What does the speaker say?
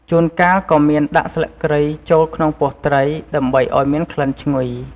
ជួនកាលក៏មានដាក់ស្លឹកគ្រៃ ចូលក្នុងពោះត្រី ដើម្បីឱ្យមានក្លិនឈ្ងុយ។